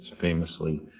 famously